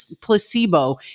placebo